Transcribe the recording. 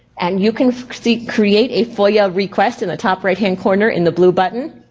and you can create a foia request in the top right hand corner in the blue button.